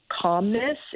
calmness